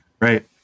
Right